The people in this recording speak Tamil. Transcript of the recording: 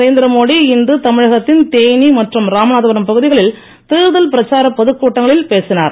நரேந்திரமோடி இன்று தமிழகத்தின் தேனி மற்றும் ராமநாதபுரம் பகுதிகளில் தேர்தல் பிரச்சாரப் பொதுக் கூட்டங்களில் பேசினார்